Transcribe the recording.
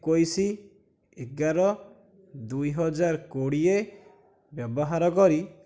ଏକୋଇଶ ଏଗାର ଦୁଇହଜାର କୋଡ଼ିଏ ବ୍ୟବହାର କରି